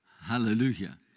Hallelujah